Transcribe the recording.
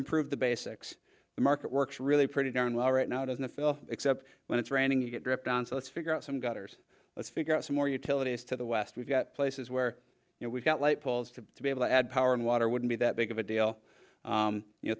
improve the basics the market works really pretty darn well right now doesn't it fill except when it's raining you get dripped on so let's figure out some gutters let's figure out some more utilities to the west we've got places where you know we've got light poles to be able to add power and water wouldn't be that big of a deal you know